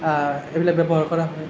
এইবিলাক ব্যৱহাৰ কৰা হয়